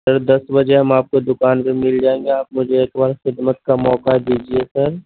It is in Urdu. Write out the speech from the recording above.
سر دس بجے ہم آپ کو دُکان پہ مل جائیں گے آپ مجھے ایک بار خدمت کا موقع دیجیے سر